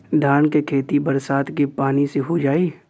धान के खेती बरसात के पानी से हो जाई?